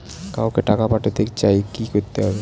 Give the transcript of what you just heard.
কাউকে টাকা পাঠাতে চাই কি করতে হবে?